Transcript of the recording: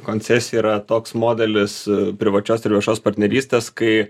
koncesija yra toks modelis privačios ir viešos partnerystės kai